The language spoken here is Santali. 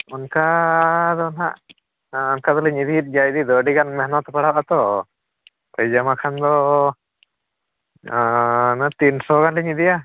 ᱚᱱᱠᱟ ᱫᱚ ᱦᱟᱜ ᱚᱱᱠᱟ ᱫᱚᱞᱤᱧ ᱤᱫᱤᱭᱮᱫ ᱜᱮᱭᱟ ᱤᱫᱤ ᱫᱚ ᱟᱹᱰᱤ ᱜᱟᱱ ᱢᱮᱱᱦᱚᱛ ᱯᱟᱲᱟᱜ ᱟᱛᱚ ᱳᱭ ᱡᱟᱢᱟ ᱠᱷᱟᱱ ᱫᱚ ᱚᱱᱟ ᱛᱤᱱ ᱥᱚ ᱜᱟᱱᱞᱤᱧ ᱤᱫᱤᱭᱟ